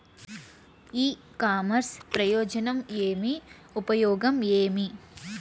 ఇ commerce ప్రయోజనం ఏమి? ఉపయోగం ఏమి?